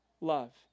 love